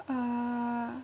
uh